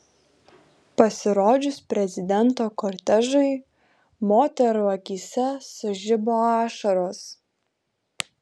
pasirodžius prezidento kortežui moterų akyse sužibo ašaros